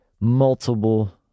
multiple